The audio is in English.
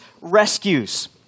rescues